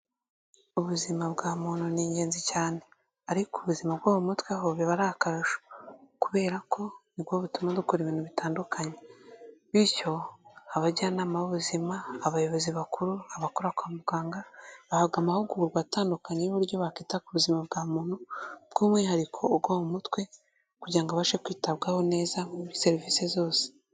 Ubuzima bwa muntu ni ingenzi cyane, ariko ubuzima bwo mu mutwe ho biba ari akarusho, kubera ko nibwo butuma dukora ibintu bitandukanye, bityo abajyanama b'ubuzima, abayobozi bakuru, abakora kwa muganga, bahabwa amahugurwa atandukanye y'uburyo bakwita ku buzima bwa muntu, bw'umwihariko bwo mu mutwe, kugira abashe kwitabwaho neza muri serivisi zose.